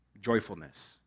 joyfulness